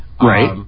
Right